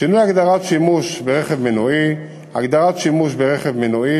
שינוי הגדרת "שימוש ברכב מנועי"; הגדרת "שימוש ברכב מנועי"